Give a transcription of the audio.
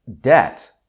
debt